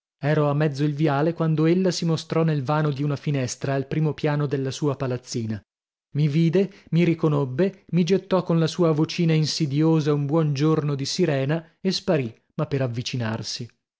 ero a mezzo il viale quando ella si mostrò nel vano di una finestra al primo piano della sua palazzina mi vide mi riconobbe mi gettò con la sua vocina insidiosa un buon giorno di sirena e sparì ma per avvicinarsi